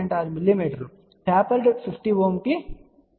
6 mm tapered 50 Ω కు 0